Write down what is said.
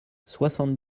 soixante